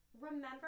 remember